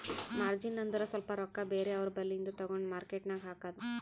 margin ಅಂದುರ್ ಸ್ವಲ್ಪ ರೊಕ್ಕಾ ಬೇರೆ ಅವ್ರ ಬಲ್ಲಿಂದು ತಗೊಂಡ್ ಮಾರ್ಕೇಟ್ ನಾಗ್ ಹಾಕದ್